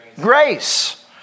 Grace